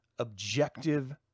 objective